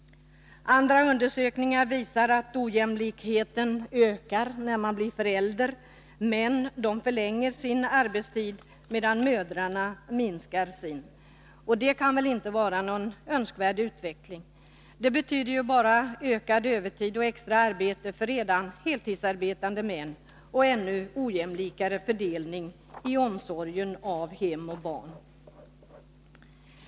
Andra undersökningar visar att ojämlikheten ökar, när man blir förälder. Män förlänger sin arbetstid, medan mödrar minskar sin. Detta kan inte vara någon önskvärd utveckling. Det betyder ju bara ökad övertid och extra arbete för redan heltidsarbetande män och ännu ojämlikare fördelning i omsorgen om hem och barn.